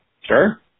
Sure